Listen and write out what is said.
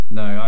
no